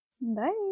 Bye